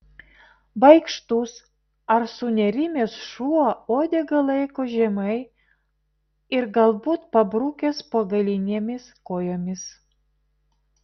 baikštus ar sunerimęs šuo uodegą laiko žemai ir galbūt pabrukęs po galinėmis kojomis